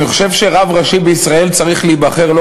אני חושב שרב ראשי לישראל צריך להיבחר לא